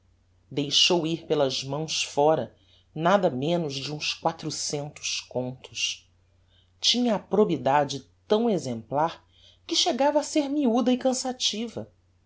deixou ir pelas mãos fóra nada menos de uns quatrocentos contos tinha a probidade tão exemplar que chegava a ser miuda e cançativa